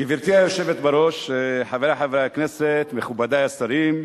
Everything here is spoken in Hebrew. גברתי היושבת-ראש, חברי חברי הכנסת, מכובדי השרים,